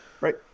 Right